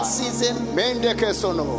season